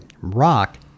rock